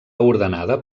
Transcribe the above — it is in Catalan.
ordenada